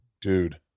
dude